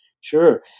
Sure